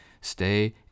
Stay